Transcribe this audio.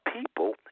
people